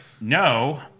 no